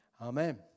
Amen